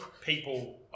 people